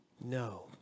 No